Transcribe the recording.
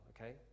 okay